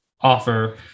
offer